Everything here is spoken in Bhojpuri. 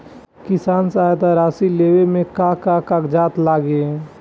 किसान सहायता राशि लेवे में का का कागजात लागी?